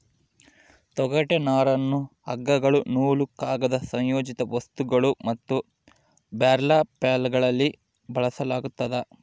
ತೊಗಟೆ ನರನ್ನ ಹಗ್ಗಗಳು ನೂಲು ಕಾಗದ ಸಂಯೋಜಿತ ವಸ್ತುಗಳು ಮತ್ತು ಬರ್ಲ್ಯಾಪ್ಗಳಲ್ಲಿ ಬಳಸಲಾಗ್ತದ